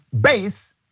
base